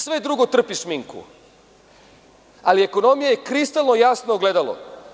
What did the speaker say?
Sve drugo trpi šminku, ali ekonomija je kristalno jasno ogledalo.